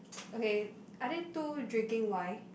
okay are they two drinking wine